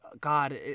god